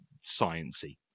science-y